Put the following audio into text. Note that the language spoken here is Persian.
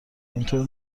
اینطور